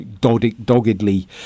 doggedly